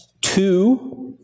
two